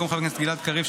במקום חבר הכנסת גלעד קריב,